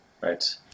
Right